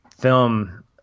film